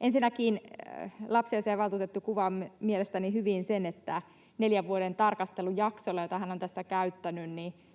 Ensinnäkin lapsiasiainvaltuutettu kuvaa mielestäni hyvin sen, että neljän vuoden tarkastelujaksolla, jota hän on tässä käyttänyt,